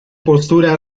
postura